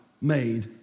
made